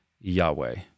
Yahweh